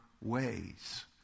ways